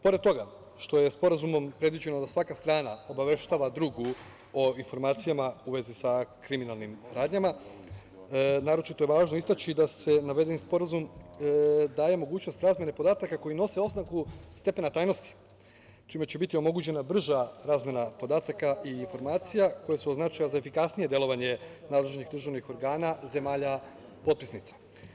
Pored toga što je sporazumom predviđeno da svaka strana obaveštava drugu o informacijama u vezi sa kriminalnim radnjama, naročito je važno istaći da navedeni sporazum daje mogućnost razmene podataka koji nose oznaku stepena tajnosti, čime će biti omogućena brža razmena podataka i informacija koje su od značaja za efikasnije delovanje nadležnih državnih organa zemalja potpisnica.